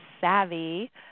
Savvy